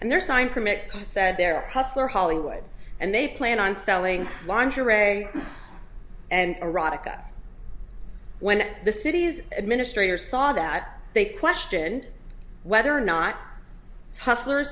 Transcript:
and there sign permit said there hustler hollywood and they plan on selling lingerie and erotica when the city's administrators saw that they question whether or not hustler